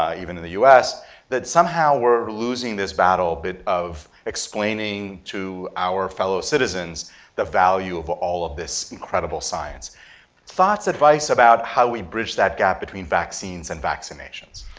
ah even in the us that somehow we're losing this battle a bit of explaining to our fellow citizens the value of all of this incredible science thoughts, advice about how we bridge that gap between vaccines and vaccinations?